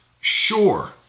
sure